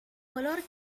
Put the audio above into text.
color